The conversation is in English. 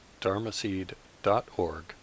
dharmaseed.org